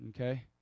Okay